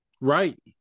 Right